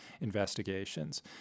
investigations